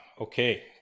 okay